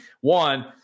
one